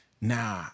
nah